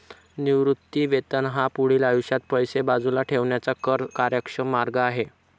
निवृत्ती वेतन हा पुढील आयुष्यात पैसे बाजूला ठेवण्याचा कर कार्यक्षम मार्ग आहे